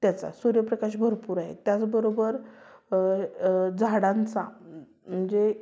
त्याचा सूर्यप्रकाश भरपुर आहे त्याचबरोबर झाडांचा म्हणजे